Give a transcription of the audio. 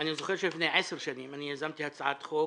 אני זוכר שלפני עשר שנים יזמתי הצעת חוק